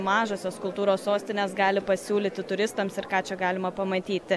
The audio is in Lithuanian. mažosios kultūros sostinės gali pasiūlyti turistams ir ką čia galima pamatyti